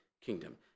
kingdom